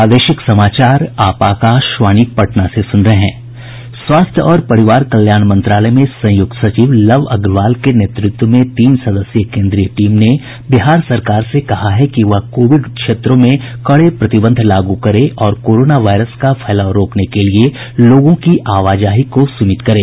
स्वास्थ्य और परिवार कल्याण मंत्रालय में संयुक्त सचिव लव अग्रवाल के नेतृत्व में तीन सदस्यीय केन्द्रीय टीम ने बिहार सरकार से कहा है कि वह कोविड रोकथाम क्षेत्रों में कड़े प्रतिबंध लागू करे और कोरोना वायरस का फैलाव रोकने के लिए लोगों की आवाजाही को सीमित करे